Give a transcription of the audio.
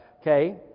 okay